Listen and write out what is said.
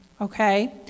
okay